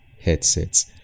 headsets